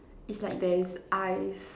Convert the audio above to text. is like there is eyes